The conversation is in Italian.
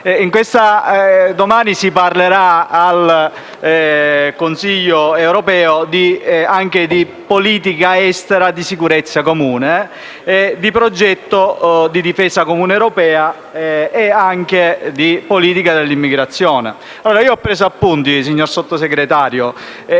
Domani, al Consiglio europeo, si parlerà anche di politica estera e di sicurezza comune, di progetto di difesa comune europea e anche di politica dell'immigrazione. Io ho preso appunti, signor Sottosegretario.